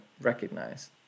recognize